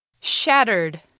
Shattered